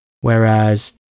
Whereas